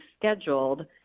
scheduled